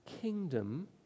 kingdom